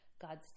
God's